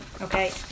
okay